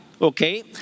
Okay